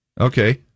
Okay